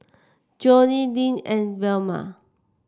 Johnnie Lynne and Velma